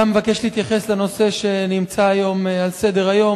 גם אני מבקש להתייחס לנושא שנמצא היום על סדר-היום.